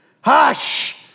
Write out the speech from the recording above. Hush